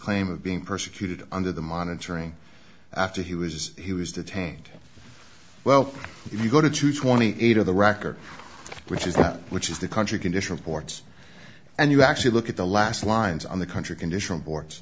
claim of being persecuted under the monitoring after he was he was detained well if you go to choose twenty eight of the record which is that which is the country conditional ports and you actually look at the last lines on the country conditional bord